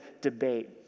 debate